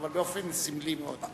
אבל באופן סמלי מאוד.